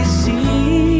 see